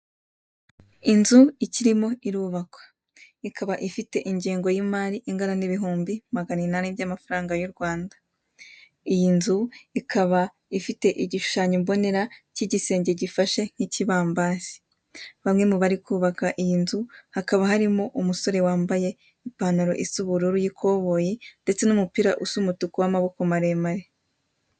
Inzu ikirimo irubakwa. Ikaba ifite ingengo y'imari ingana n'ibihumbi magana inani by'amafaranga y'u Rwanda. Iyi nzu ikaba ifite igishushanyo mbonera cy'igisenge gifashe nk'ikibambasi. Bamwe mu bari kubaka iyi nzu, hakaba harimo umusore wambaye ipantaro isa ubururu y'ikoboyi ndetse n'umupira usa umutuku w'amaboko maremare.